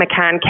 McCann